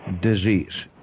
disease